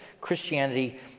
Christianity